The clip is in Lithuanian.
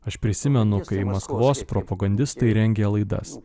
aš prisimenu kai maskvos propagandistai rengė laidas